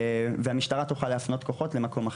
והמשטרה תוכל להפנות כוחות למקום אחר.